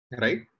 right